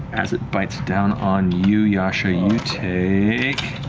as it bites down on you, yasha, you take.